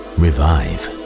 revive